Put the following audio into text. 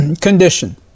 condition